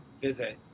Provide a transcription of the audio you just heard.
visit